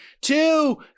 two